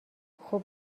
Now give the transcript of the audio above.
خوب